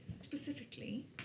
Specifically